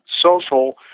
social